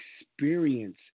experience